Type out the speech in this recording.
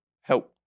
help